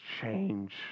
change